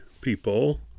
people